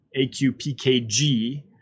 AQPKG